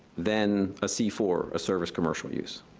than a c four, a service commercial use.